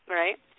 right